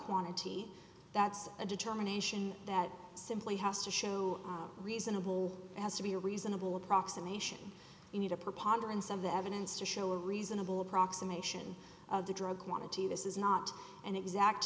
quantity that's a determination that simply has to show reasonable has to be a reasonable approximation you need a preponderance of the evidence to show a reasonable approximation of the drug want to do this is not an exact